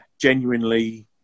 genuinely